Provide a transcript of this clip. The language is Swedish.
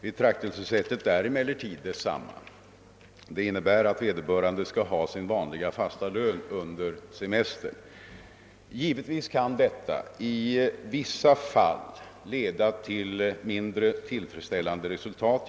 Betraktelsesättet är emellertid detsamma. Det innebär att vederbörande skall ha sin vanliga fasta lön under semes ter. Givetvis kan detta i vissa fall leda till mindre tillfredsställande resultat.